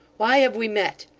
why have we met!